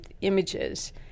images